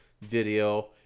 video